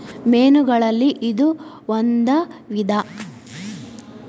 ಮೇನುಗಳಲ್ಲಿ ಇದು ಒಂದ ವಿಧಾ